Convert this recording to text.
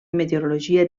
meteorologia